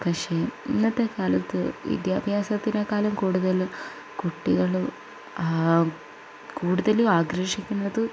പക്ഷേ ഇന്നത്തെ കാലത്ത് വിദ്യാഭ്യാസത്തിനെക്കാളും കൂടുതൽ കുട്ടികൾ കൂടുതലും ആകർഷിക്കുന്നത്